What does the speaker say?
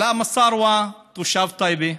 עלאא מסארווה, תושב טייבה,